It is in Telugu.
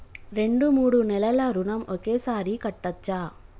రెండు మూడు నెలల ఋణం ఒకేసారి కట్టచ్చా?